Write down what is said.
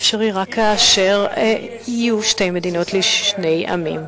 יהיה אפשרי רק כאשר יהיו שתי מדינות לשני עמים.